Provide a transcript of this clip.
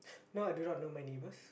no I do not know my neighbours